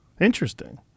Interesting